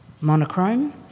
monochrome